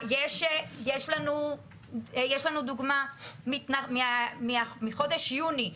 יש לנו דוגמה מחודש יוני,